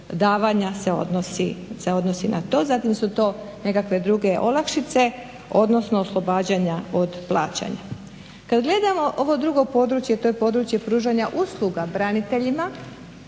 se odnosi na to. Zatim su to nekakve druge olakšice, odnosno oslobađanja od plaćanja. Kad gledamo ovo drugo područje, to je područje pružanja usluga braniteljima,